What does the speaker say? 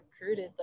recruited